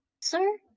sir